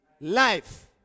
life